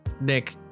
Nick